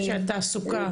של תעסוקה,